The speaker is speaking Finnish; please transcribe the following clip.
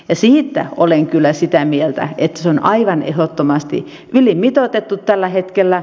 ja siitä olen kyllä sitä mieltä että se on aivan ehdottomasti ylimitoitettu tällä hetkellä